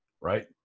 right